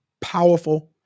powerful